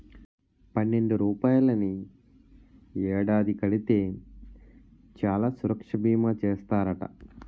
పన్నెండు రూపాయలని ఏడాది కడితే చాలు సురక్షా బీమా చేస్తారట